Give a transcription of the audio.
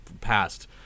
past